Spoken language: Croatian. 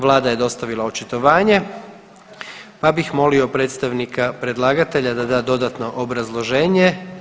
Vlada je dostavila očitovanje, pa bih molio predstavnika predlagatelja da da dodatno obrazloženje.